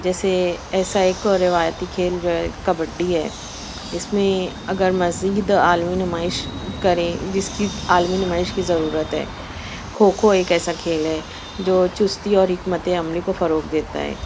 جیسے ایس آئی کو روایتی کھیل جو ہے کبڈی ہے اِس میں اگر مزید عالمی نمائش کریں جس کی عالمی نمائش کی ضرورت ہے کھوکھو ایک ایسا کھیل ہے جو چُستی اور حکمت عملی کو فروغ دیتا ہے